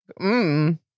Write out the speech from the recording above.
Mmm